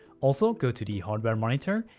also, go to the hardware monitor,